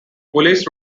police